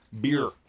Beer